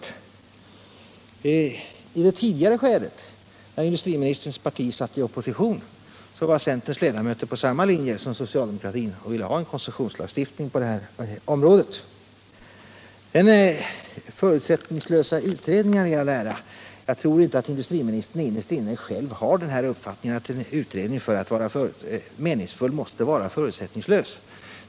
11 november 1977 När industriministerns parti satt i opposition var centerns ledamöter på samma linje som socialdemokratin och ville ha en koncessionslagstiftning Om behovet av på detta område. kontroll över Förutsättningslösa utredningar i all ära, jag tror inte att industrimi = internationella nistern innerst inne själv har den uppfattningen att en utredning för = investeringar att vara meningsfull måste vara förutsättningslös.